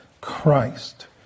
Christ